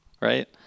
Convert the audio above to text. right